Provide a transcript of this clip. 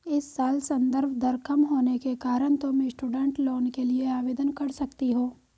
इस साल संदर्भ दर कम होने के कारण तुम स्टूडेंट लोन के लिए आवेदन कर सकती हो